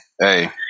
Hey